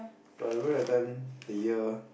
but I remember that time the year